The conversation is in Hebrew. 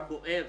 זה כואב.